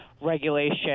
regulation